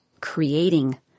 creating